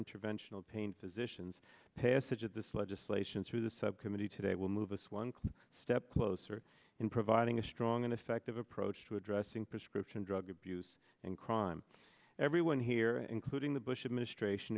interventional pain physicians passage of this legislation through the subcommittee today will move us one step closer in providing a strong and effective approach to addressing prescription drug abuse and crime everyone here including the bush administration